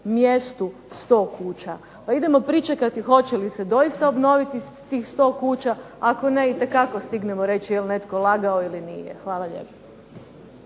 mjestu sto kuća. Pa idemo pričekati hoće li se doista obnoviti tih sto kuća, ako ne itekako stignemo reći jel netko lagao ili nije. Hvala lijepo.